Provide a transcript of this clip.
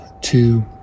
two